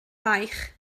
baich